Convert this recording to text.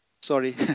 sorry